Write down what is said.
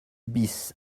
bis